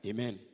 Amen